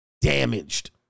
damaged